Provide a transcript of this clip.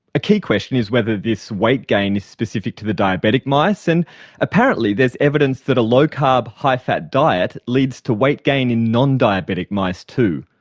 a key question is whether this weight gain is specific to the diabetic mice, and apparently there's evidence that a low carb, high fat diet, leads to weight gain in non-diabetic mice too.